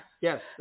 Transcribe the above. Yes